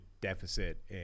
deficit